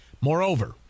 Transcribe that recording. Moreover